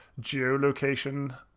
geolocation